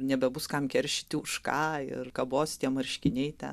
nebebus kam keršyti už ką ir kabos tie marškiniai ten